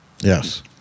Yes